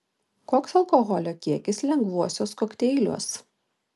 koks alkoholio kiekis lengvuosiuos kokteiliuos